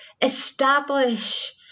establish